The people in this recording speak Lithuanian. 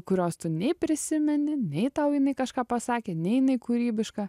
kurios tu nei prisimeni nei tau jinai kažką pasakė nei jinai kūrybiška